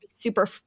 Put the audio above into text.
super